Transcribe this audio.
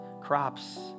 crops